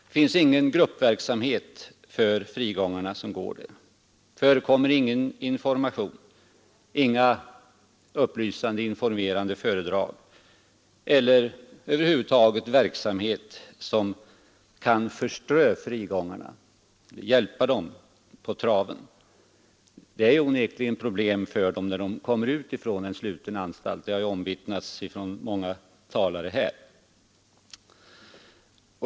Det förekommer ingen gruppverksamhet för frigångarna, ingen information, inga upplysande föredrag, över huvud taget ingen verksamhet som kan förströ frigångarna och hjälpa dem på traven. Det finns onekligen problem för dem när de kommer ut från sluten anstalt; det har ju omvittnats av många talare här.